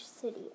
City